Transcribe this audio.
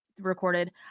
recorded